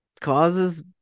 causes